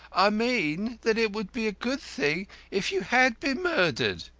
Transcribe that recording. i mean that it would be a good thing if you had been murdered.